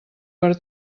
per